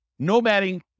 nomading